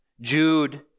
Jude